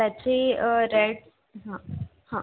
त्याचे रेट हां हां